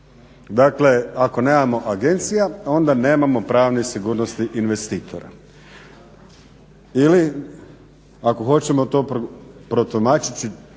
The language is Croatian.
Dakle, ako nemamo agencija, onda nemamo pravne sigurnosti investitora. Ili ako hoćemo to protumačiti